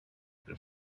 been